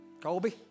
Colby